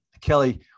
Kelly